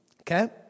Okay